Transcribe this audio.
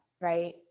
right